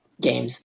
games